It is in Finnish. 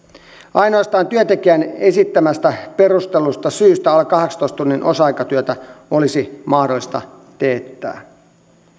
ainoastaan työntekijän esittämästä perustellusta syystä alle kahdeksantoista tunnin osa aikatyötä olisi mahdollista teettää